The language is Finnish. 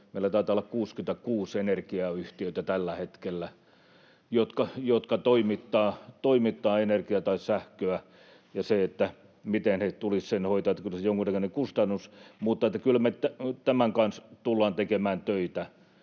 Meillä taitaa olla 66 energiayhtiötä tällä hetkellä, jotka toimittavat energiaa tai sähköä. Miten he tulisivat sen hoitamaan? Kyllä siinä olisi jonkunnäköinen kustannus, mutta kyllä me tämän kanssa tullaan tekemään töitä.